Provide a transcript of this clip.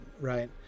right